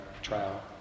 trial